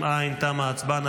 אם אין, תמה ההצבעה.